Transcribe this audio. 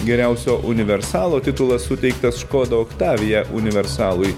geriausio universalo titulas suteiktas škoda oktavia universalui